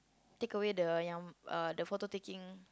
take away the yang uh the photo taking